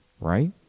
right